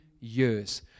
years